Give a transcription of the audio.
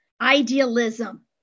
idealism